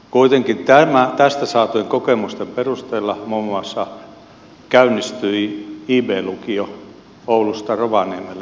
kuitenkin tästä saatujen kokemusten perusteella muun muassa käynnistyi ib lukio oulusta rovaniemelle etäopetuksena